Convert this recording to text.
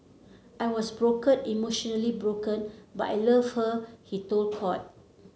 I was broken emotionally broken but I loved her he told court